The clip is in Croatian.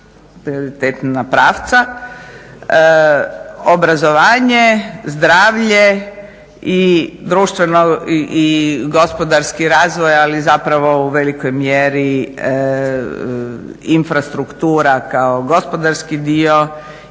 tri prioritetna pravca: obrazovanje, zdravlje i društveni i gospodarski razvoj, ali zapravo u velikoj mjeri infrastruktura kao gospodarski dio